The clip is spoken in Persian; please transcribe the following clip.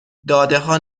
دادهها